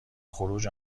خروج